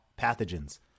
pathogens